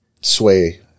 sway